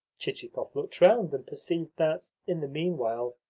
chichikov looked round, and perceived that, in the meanwhile,